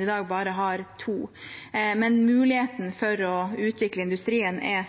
i dag bare har to, når muligheten for å utvikle industrien er